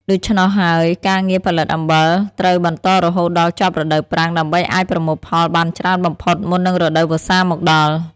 ដូច្នោះហើយ ការងារផលិតអំបិលត្រូវបន្តរហូតដល់ចប់រដូវប្រាំងដើម្បីអាចប្រមូលផលបានច្រើនបំផុតមុននឹងរដូវវស្សាមកដល់។